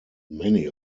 many